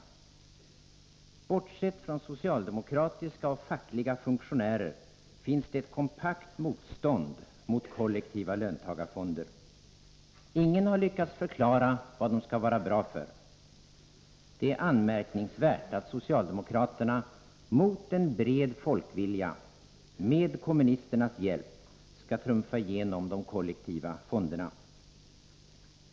Om man bortser från socialdemokratiska och fackliga funktionärer, finns det ett kompakt motstånd mot kollektiva löntagarfonder. Ingen har lyckats förklara vad de skall vara bra för. Det är anmärkningsvärt att socialdemokraterna mot en bred folkvilja med kommunisternas hjälp skall trumfa igenom de kollektiva fonderna.